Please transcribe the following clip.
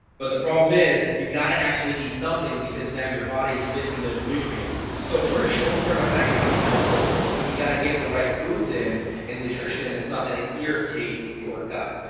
but the problem is, you gotta actually eat something because now your body is missing those nutrients. so for a short term effect it can be helpful, but you gotta get the right foods in, and the nutrition and that's not gonna irritate your gut.